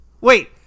Wait